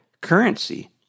currency